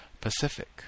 Pacific